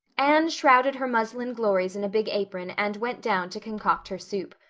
anne shrouded her muslin glories in a big apron and went down to concoct her soup.